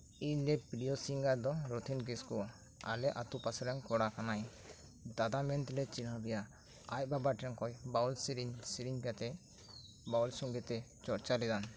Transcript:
ᱤᱧᱨᱮᱱ ᱯᱨᱤᱭᱚ ᱥᱤᱝᱜᱟᱨ ᱫᱚ ᱨᱚᱛᱷᱤᱱ ᱠᱤᱥᱠᱩ ᱟᱞᱮ ᱟᱛᱳ ᱯᱟᱥᱮᱨᱮᱱ ᱠᱚᱲᱟ ᱠᱟᱱᱟᱭ ᱫᱟᱫᱟ ᱢᱮᱱᱛᱮᱞᱮ ᱪᱤᱱᱦᱟᱹᱯ ᱮᱭᱟ ᱟᱡ ᱵᱟᱵᱟ ᱴᱷᱮᱱᱠᱷᱚᱱ ᱵᱟᱣᱩᱞ ᱥᱮᱹᱨᱮᱹᱧ ᱥᱮᱹᱨᱮᱹᱧ ᱠᱟᱛᱮᱫ ᱵᱟᱣᱩᱞ ᱥᱚᱝᱜᱤᱛᱮ ᱪᱚᱨᱪᱟᱣ ᱞᱮᱫᱟ